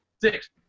Six